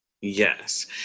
Yes